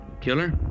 Killer